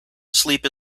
sleep